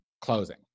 closing